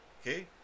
okay